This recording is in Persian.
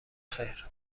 خیر